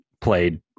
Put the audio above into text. played